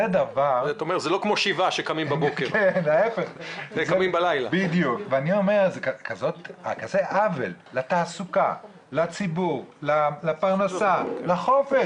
זה כזה עוול לתעסוקה, לציבור, לפרנסה, לחופש.